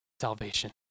salvation